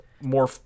more